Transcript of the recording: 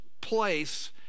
place